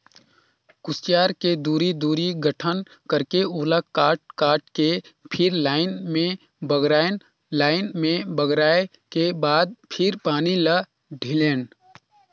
खुसियार के दूरी, दूरी गठन करके ओला काट काट के फिर लाइन से बगरायन लाइन में बगराय के बाद फिर पानी ल ढिलेन